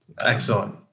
excellent